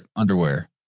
underwear